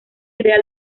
ideal